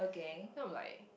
then I'm like